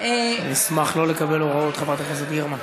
אשמח לא לקבל הוראות, חברת הכנסת גרמן.